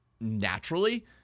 naturally